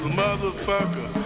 Motherfucker